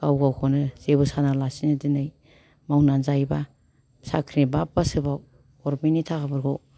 गाव गावखौनो जेबो साना लासिनो दिनै मावनानै जायोबा साक्रिनि बाबबासोबाव गरमेन्टनि थाखाफोरखौ